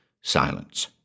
silence